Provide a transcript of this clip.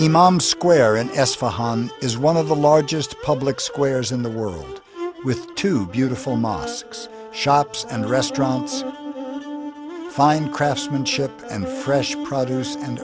d square in s for han is one of the largest public squares in the world with two beautiful mosques shops and restaurants fine craftsmanship and fresh produce and